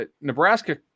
Nebraska –